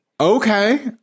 okay